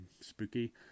spooky